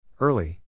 Early